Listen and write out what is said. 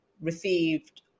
received